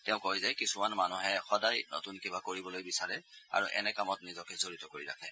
তেওঁ কয় যে কিছুমান মানুহে সদায় নতুন কিবা কৰিবলৈ বিচাৰে আৰু এই ক্ষেত্ৰত নিজকে জড়িত কৰি ৰাখে